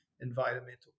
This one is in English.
environmental